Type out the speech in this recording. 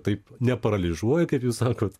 taip ne paraližuoja kaip jūs sakot